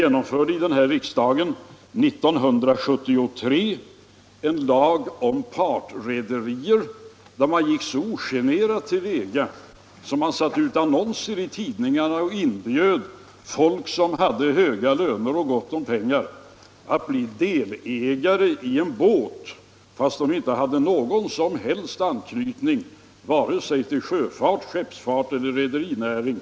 År 1973 genomförde vi i riksdagen en lag om partrederier. Man gick så ogenerat till väga att man satte in annonser i tidningarna och inbjöd folk som hade höga löner och gott om pengar att bli delägare i en båt, fast de inte hade någon som helst anknytning till vare sig sjöfart eller rederinäring.